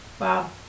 Wow